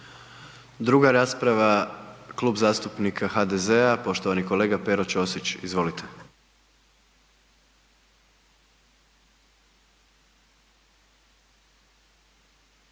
Druga rasprava, Klub zastupnika HDZ-a, poštovani kolega Pero Ćosić, izvolite.